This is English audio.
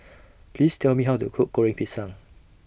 Please Tell Me How to Cook Goreng Pisang